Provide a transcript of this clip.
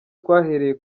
twahereye